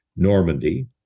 Normandy